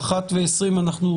הישיבה ננעלה בשעה 13:19.